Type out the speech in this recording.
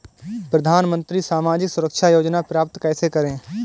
प्रधानमंत्री सामाजिक सुरक्षा योजना प्राप्त कैसे करें?